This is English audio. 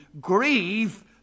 grieve